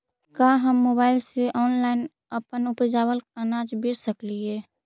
का हम मोबाईल से ऑनलाइन अपन उपजावल अनाज बेच सकली हे?